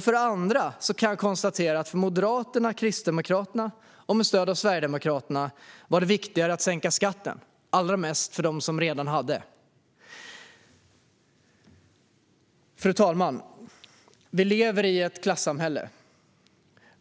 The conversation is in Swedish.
För det andra kan vi konstatera att det för Moderaterna och Kristdemokraterna, med stöd av Sverigedemokraterna, var viktigare att sänka skatten allra mest för dem som redan hade. Fru talman! Vi lever i ett klassamhälle.